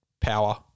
power